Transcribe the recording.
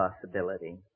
possibility